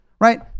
right